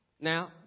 Now